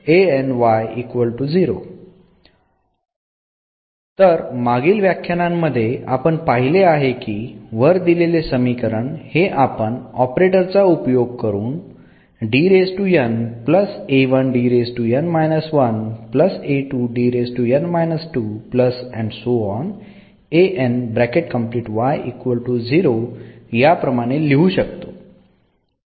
तर मागील व्याख्यानांमध्ये आपण पाहिले आहे की वर दिलेले समीकरण हे आपण ऑपरेटर चा वापर करून याप्रमाणे लिहू शकतो